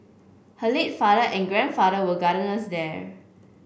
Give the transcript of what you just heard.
her late father and grandfather were gardeners there